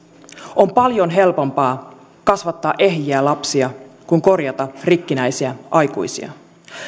on paljon helpompaa kasvattaa ehjiä lapsia kuin korjata rikkinäisiä aikuisia